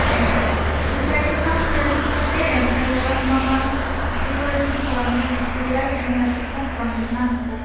एह ओमफ्राय थाब थाब होन्ना खिन्थादे ओमफ्रायो मा मा देख'रेसन खालामगोन इसे रायलाइनो होन्नानैसो फन खालामदोंमोन आं नोंखौ